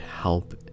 help